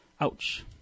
Ouch